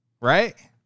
right